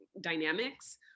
dynamics